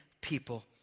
people